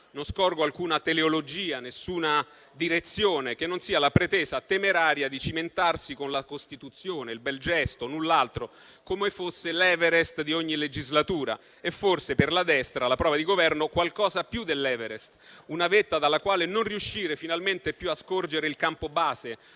non scorgo alcuna teleologia, nessuna direzione che non sia la pretesa temeraria di cimentarsi con la Costituzione, il bel gesto, null'altro, come fosse l'Everest di ogni legislatura. E forse per la destra, alla prova di Governo, è qualcosa più dell'Everest; una vetta dalla quale non riuscire finalmente più a scorgere il campo-base,